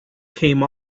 came